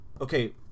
okay